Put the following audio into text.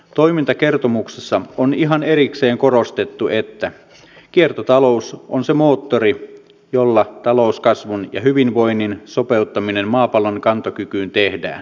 toimintakertomuksessa on ihan erikseen korostettu että kiertotalous on se moottori jolla talouskasvun ja hyvinvoinnin sopeuttaminen maapallon kantokykyyn tehdään